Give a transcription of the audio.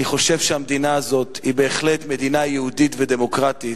אני חושב שהמדינה הזאת היא בהחלט מדינה יהודית ודמוקרטית,